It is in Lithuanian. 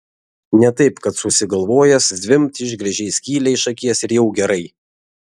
ne taip kad susigalvojęs zvimbt išsigręžei skylę iš akies ir jau gerai